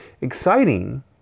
Exciting